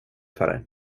för